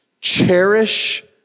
cherish